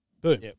boom